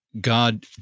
God